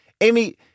Amy